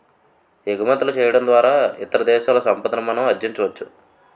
ఎగుమతులు చేయడం ద్వారా ఇతర దేశాల సంపాదన మనం ఆర్జించవచ్చు